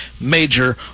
major